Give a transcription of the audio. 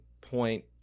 point